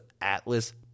Atlas